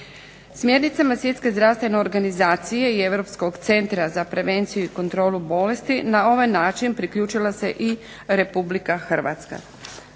Smjernicama Svjetske zdravstvene organizacije i Europskog centra za prevenciju i kontrolu bolesti na ovaj način priključila se i Republika Hrvatska.